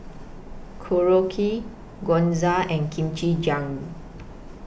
Korokke Gyoza and Kimchi